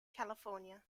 california